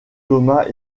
thomas